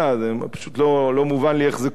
פשוט לא מובן לי איך זה קורה.